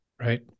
Right